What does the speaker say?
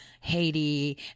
Haiti